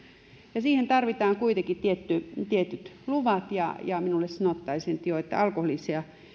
niin siihen tarvitaan kuitenkin tietyt luvat ja ja minulle sanottaisiin että joo alkoholillisia